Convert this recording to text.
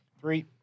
Three